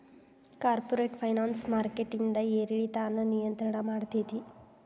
corporate finance ಮಾರ್ಕೆಟಿಂದ್ ಏರಿಳಿತಾನ ನಿಯಂತ್ರಣ ಮಾಡ್ತೇತಿ